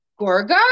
Gorga